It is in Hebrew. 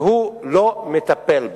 והוא לא מטפל בה.